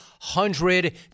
hundred